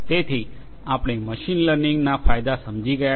તેથી આપણે મશીન લર્નિંગના ફાયદા સમજી ગયા છે